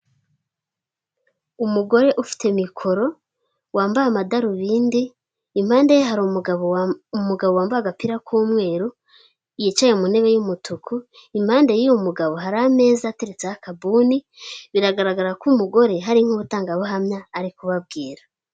Umugore ufite mikoro wambaye amadarubindi impande ye hari umugabo umugabo wambaye agapira k'umweru yicaye mu ntebe y'umutuku impande y'uyu mugabo hari ameza ateretse akabuni biragaragara ko umugore hari nk'umutangabuhamya ari kubabwira